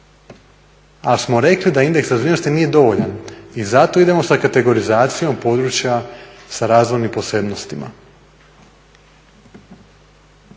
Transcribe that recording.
ali smo rekli da indeks razvijenosti nije dovoljan i zato idemo sa kategorizacijom područja sa razvojnim posebnostima.